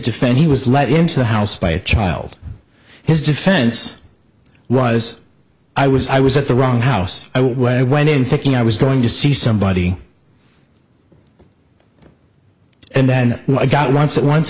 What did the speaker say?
defense he was let into the house by a child his defense was i was i was at the wrong house i would went in thinking i was going to see somebody and then i got once at once